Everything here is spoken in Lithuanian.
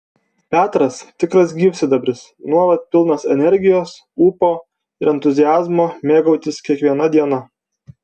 petras tikras gyvsidabris nuolat pilnas energijos ūpo ir entuziazmo mėgautis kiekviena diena